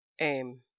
aim